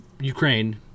Ukraine—